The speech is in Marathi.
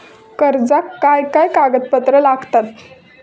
कर्जाक काय काय कागदपत्रा लागतत?